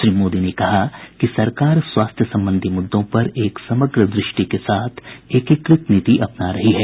श्री मोदी ने कहा कि सरकार स्वास्थ्य संबंघी मुद्दों पर एक समग्र द्रष्टि के साथ एकीकृत नीति अपना रही है